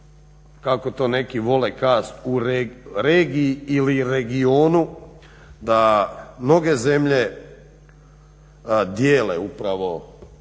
kako to neki vole kazat u regiji ili regionu da mnoge zemlje dijele upravo